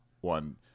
one